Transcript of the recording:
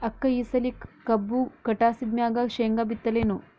ಅಕ್ಕ ಈ ಸಲಿ ಕಬ್ಬು ಕಟಾಸಿದ್ ಮ್ಯಾಗ, ಶೇಂಗಾ ಬಿತ್ತಲೇನು?